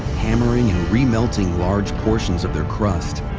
hammering and remelting large portions of their crust.